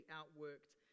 outworked